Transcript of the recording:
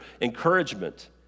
encouragement